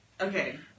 Okay